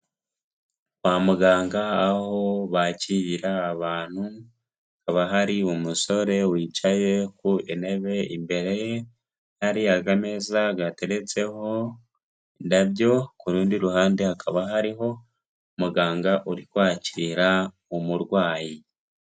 Kwa muganga aho bakirira abantu haba hari umusore wicaye ku intebe, imbere hari akameza gateretseho indabyo, ku rundi ruhande hakaba hariho umuganga uri kwakira umurwayi.